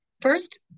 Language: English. first